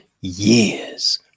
years